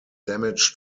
damage